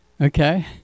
Okay